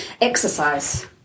exercise